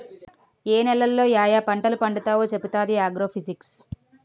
ఏ నేలలో యాయా పంటలు పండుతావో చెప్పుతాది ఆగ్రో ఫిజిక్స్